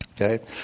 Okay